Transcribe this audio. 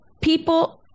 People